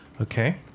Okay